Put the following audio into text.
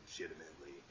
Legitimately